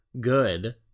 good